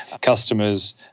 Customers